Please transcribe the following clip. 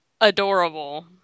adorable